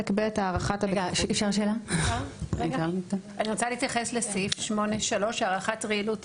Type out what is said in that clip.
אני רוצה להתייחס לסעיף 8.3 - הערכת רעילות,